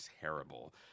terrible